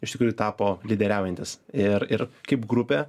iš tikrųjų tapo lyderiaujantys ir ir kaip grupė